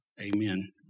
Amen